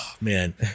Man